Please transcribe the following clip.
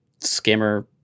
scammer